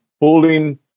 pulling